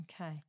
Okay